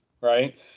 right